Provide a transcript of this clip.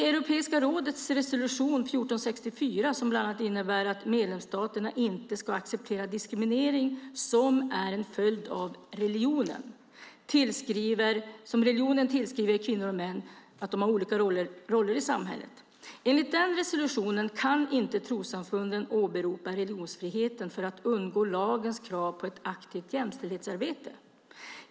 Europeiska rådets resolution 1464 innebär bland annat att medlemsstaterna inte ska acceptera diskriminering som en följd av religion om religionen tillskriver kvinnor och män olika roller i samhället. Enligt den resolutionen kan inte trossamfunden åberopa religionsfriheten för att undgå lagens krav på ett aktivt jämställdhetsarbete.